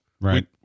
Right